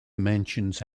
mentions